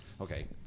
Okay